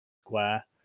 square